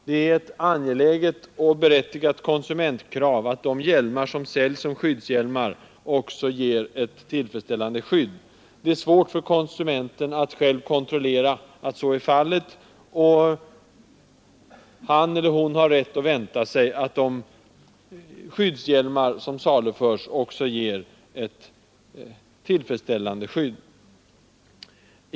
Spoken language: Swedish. Det är ett angeläget och berättigat konsumentkrav att de hjälmar som säljs som skyddshjälmar också ger ett tillfredsställande skydd. Det är svårt för konsumenten att själv kontrollera att så är fallet, och han eller hon har rätt att vänta sig att de skyddshjälmar som saluförs också ger ett godtagbart skydd.